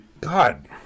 God